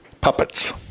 Puppets